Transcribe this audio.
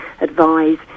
advise